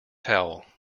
towel